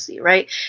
right